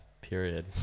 period